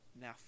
now